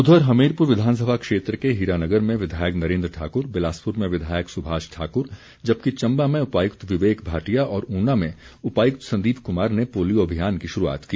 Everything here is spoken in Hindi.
उधर हमीरपुर विधानसभा क्षेत्र के हीरानगर में विधायक नरेन्द्र ठाकुर बिलासपुर में विधायक सुभाष ठाक्र जबकि चम्बा में उपायुक्त विवेक भाटिया और ऊना में उपायुक्त संदीप कुमार ने पोलियो अभियान की शुरूआत की